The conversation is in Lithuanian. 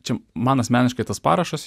čia man asmeniškai tas parašas